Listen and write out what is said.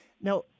Now